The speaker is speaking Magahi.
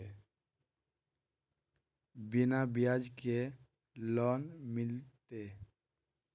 बिना ब्याज के लोन मिलते?